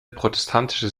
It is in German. protestantische